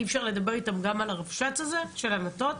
אי אפשר לדבר איתם גם על הרבש"ץ הזה של ענתות?